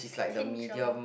tinge of a